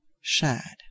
shad